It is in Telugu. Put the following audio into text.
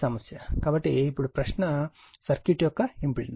కాబట్టి ఇప్పుడు ప్రశ్న సర్క్యూట్ యొక్క ఇంపెడెన్స్